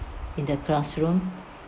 in the classroom